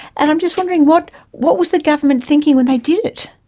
and i'm just wondering, what what was the government thinking when they did it?